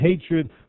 hatred